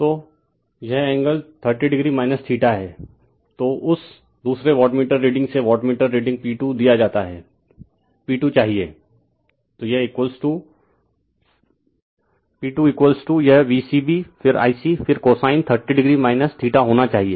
तो यह angle 30o है तो उस दूसरे वाटमीटर रीडिंग से वाट वाटमीटर रीडिंग P2 दिया जाता है P2 यह V c b फिर Ic फिर कोसाइन 30o होना चाहिए